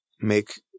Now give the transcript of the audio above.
make